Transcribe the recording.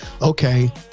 okay